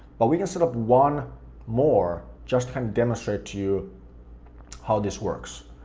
but we can set up one more, just kind of demonstrate to you how this works.